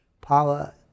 power